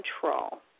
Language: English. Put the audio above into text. control